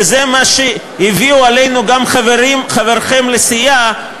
וזה מה שהביאו עלינו גם חבריכם לסיעה,